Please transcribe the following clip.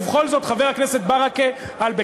ובכל זאת, חבר הכנסת ברכה, איזה סולחה?